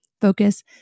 focus